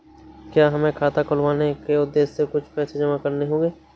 क्या हमें खाता खुलवाने के उद्देश्य से कुछ पैसे जमा करने होंगे?